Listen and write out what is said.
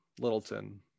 Littleton